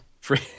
free